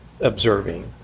observing